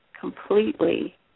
completely